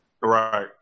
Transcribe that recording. right